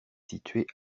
située